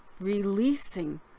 Releasing